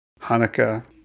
Hanukkah